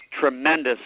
tremendous